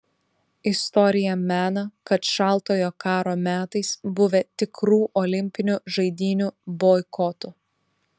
istorija mena kad šaltojo karo metais buvę tikrų olimpinių žaidynių boikotų